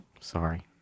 Sorry